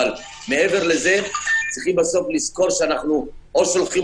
אבל מעבר לזה יש לזכור שאנחנו או שולחים